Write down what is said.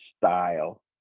style